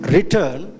Return